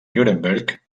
nuremberg